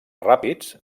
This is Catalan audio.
ràpids